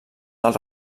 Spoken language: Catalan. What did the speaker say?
del